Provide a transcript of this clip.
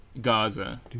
Gaza